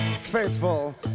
faithful